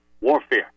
warfare